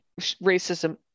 racism